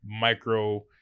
micro